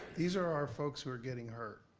these are our folks who are getting hurt.